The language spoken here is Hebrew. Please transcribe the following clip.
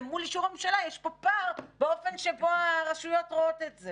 למול אישור הממשלה יש פה פער באופן שבו הרשויות רואות את זה,